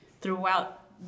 throughout